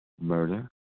Murder